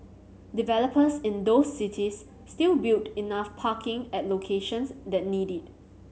developers in those cities still build enough parking at locations that need it